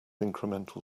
incremental